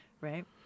Right